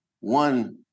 One